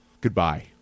goodbye